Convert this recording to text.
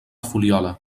fuliola